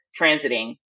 transiting